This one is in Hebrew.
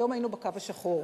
היום היינו בקו השחור.